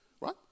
Right